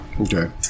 Okay